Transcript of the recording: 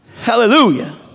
Hallelujah